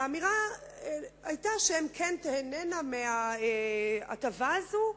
האמירה היתה שהן כן תיהנינה מההטבה הזו,